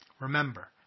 Remember